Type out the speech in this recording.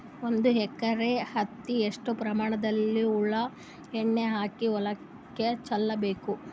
ಒಂದು ಎಕರೆ ಹತ್ತಿ ಎಷ್ಟು ಪ್ರಮಾಣದಲ್ಲಿ ಹುಳ ಎಣ್ಣೆ ಹಾಕಿ ಹೊಲಕ್ಕೆ ಚಲಬೇಕು?